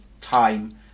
time